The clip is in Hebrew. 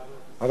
אבל היום,